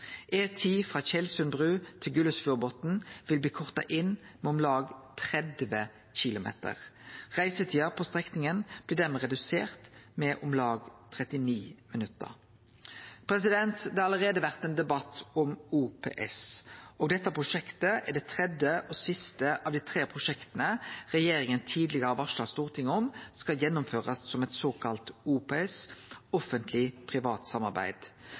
frå Tjelsund bru til Gullesfjordbotn vil bli korta inn med om lag 30 km. Reisetida på strekninga blir dermed redusert med om lag 39 minutt. Det har allereie vore ein debatt om OPS. Dette prosjektet er det tredje og siste av dei tre prosjekta regjeringa tidlegare har varsla Stortinget om skal gjennomførast som eit såkalla OPS, offentleg–privat samarbeid.